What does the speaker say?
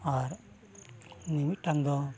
ᱟᱨ ᱢᱤᱢᱤᱫᱴᱟᱝ ᱫᱚ